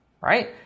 right